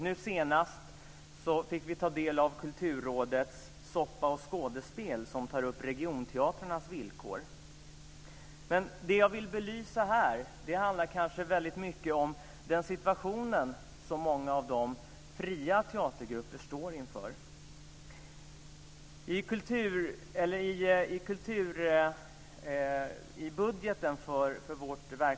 Nu senast fick vi ta del av Kulturrådets Soppa och skådespel som tar upp regionteatrarnas villkor. Men det som jag vill belysa här kanske väldigt mycket handlar om den situation som många av de fria teatergrupperna står inför.